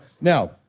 Now